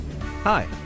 Hi